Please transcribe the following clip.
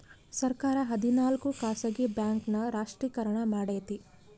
ಸರ್ಕಾರ ಹದಿನಾಲ್ಕು ಖಾಸಗಿ ಬ್ಯಾಂಕ್ ನ ರಾಷ್ಟ್ರೀಕರಣ ಮಾಡೈತಿ